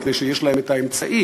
מפני שיש להם את האמצעי